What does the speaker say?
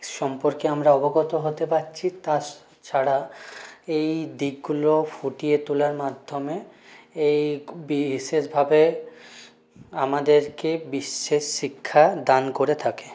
সম্পর্কে আমরা অবগত হতে পারছি তাছাড়া এই দিকগুলো ফুটিয়ে তোলার মাধ্যমে এই বিশেষভাবে আমাদেরকে বিশ্যেষ শিক্ষা দান করে থাকে